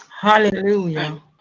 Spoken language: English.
Hallelujah